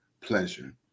pleasure